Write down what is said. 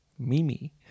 Mimi